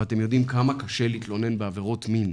ואתם יודעים כמה קשה להתלונן בעבירות מין,